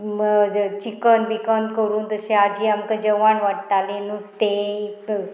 chicken विकन करून तशें आजी आमकां जेवण वाडटालीं नुस्तें